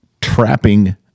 trapping